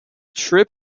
trip